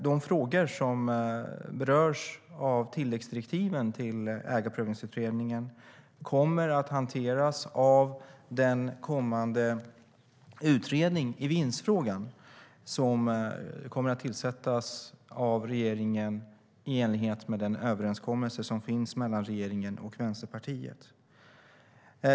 De frågor som berörs av tilläggsdirektiven till Ägarprövningsutredningen kommer att hanteras av den kommande utredning av vinstfrågan som kommer att tillsättas av regeringen i enlighet med den överenskommelse som finns mellan regeringen och Vänsterpartiet.